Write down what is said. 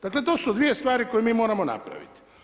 Dakle, to su dvije stvari koje mi moramo napraviti.